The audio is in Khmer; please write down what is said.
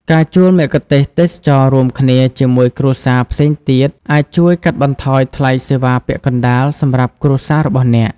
ការជួលមគ្គុទ្ទេសក៍ទេសចរណ៍រួមគ្នាជាមួយគ្រួសារផ្សេងទៀត អាចជួយកាត់បន្ថយថ្លៃសេវាពាក់កណ្តាលសម្រាប់គ្រួសាររបស់អ្នក។